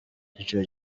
kicukiro